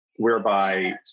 Whereby